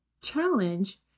challenge